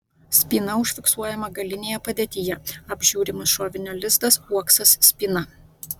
spyna užfiksuojama galinėje padėtyje apžiūrimas šovinio lizdas uoksas spyna